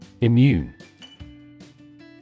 Immune